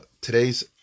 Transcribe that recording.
today's